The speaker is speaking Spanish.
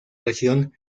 región